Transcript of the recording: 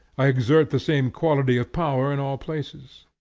i exert the same quality of power in all places.